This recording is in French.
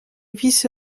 vice